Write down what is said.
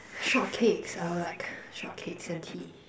shortcakes I would like shortcakes and tea